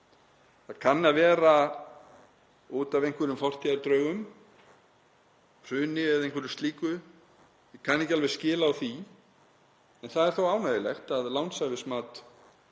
Það kann að vera út af einhverjum fortíðardraugum, hruni eða einhverju slíku, ég kann ekki skil á því. En það er þó ánægjulegt að lánshæfismat